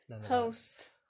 host